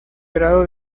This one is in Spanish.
grado